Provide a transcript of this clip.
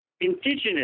indigenous